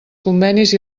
convenis